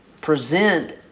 present